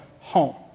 home